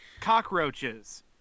Cockroaches